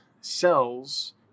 cells